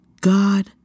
God